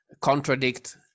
contradict